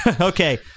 Okay